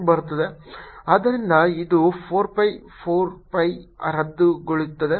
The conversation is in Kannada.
ಆದ್ದರಿಂದ ಇದು 4 pi 4 pi ರದ್ದುಗೊಳ್ಳುತ್ತದೆ